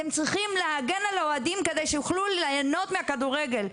אתם צריכים להגן על האוהדים כדי שיוכלו ליהנות מהכדורגל.